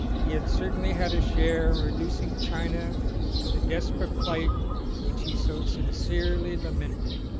he had certainly had a share in reducing china to the desperate plight which he so sincerely lamented.